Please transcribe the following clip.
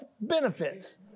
benefits